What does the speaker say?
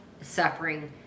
suffering